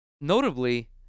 notably